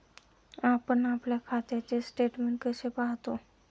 आपण आपल्या खात्याचे स्टेटमेंट कसे पाहतो?